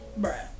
bruh